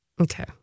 Okay